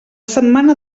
setmana